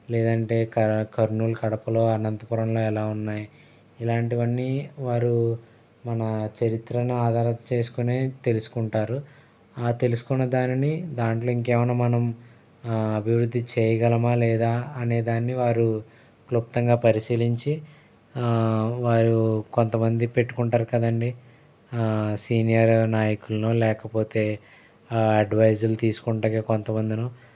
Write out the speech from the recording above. లేదంటే క కర్నూలు కడపలో అనంతపురంలో ఎలా ఉన్నాయి ఇలాంటివన్నీ వారు మన చరిత్రను ఆధారం చేసుకొనే తెలుసుకుంటారు ఆ తెలుసుకునే దానిని దాంట్లో ఇంకేమైనా మనం అభివృద్ధి చేయగలమా లేదా అనే దాన్ని వారు క్లుప్తంగా పరిశీలించి వారు కొంతమంది పెట్టుకుంటారు కదండి సీనియర్ నాయకులనో లేకపోతే ఆ అడ్వైజ్లు తీసుకుంటాకి కొంతమందిని